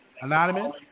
Anonymous